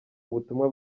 ubutumwa